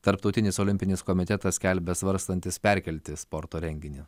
tarptautinis olimpinis komitetas skelbia svarstantis perkelti sporto renginį